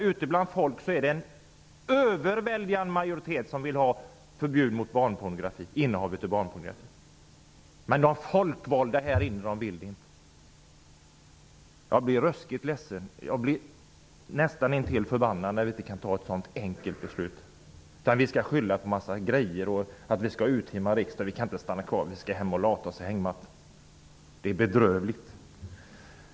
Ute bland folk vill en överväldigande majoritet ha förbud mot innehav av barnpornografi, men de folkvalda här inne vill det inte. Jag blir ruskigt ledsen och näst intill förbannad när vi inte kan fatta ett så enkelt beslut. Vi skall skylla på en massa grejer, som att vi måste ha urtima riksdag. Vi kan inte stanna kvar utan skall hem och lata oss i hängmattan. Det är bedrövligt.